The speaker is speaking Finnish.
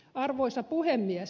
arvoisa puhemies